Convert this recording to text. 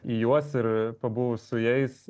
į juos ir pabuvus su jais